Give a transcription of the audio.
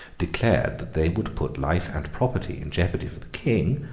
declared that they would put life and property in jeopardy for the king,